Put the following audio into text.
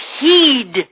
heed